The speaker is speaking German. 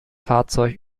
fahrzeug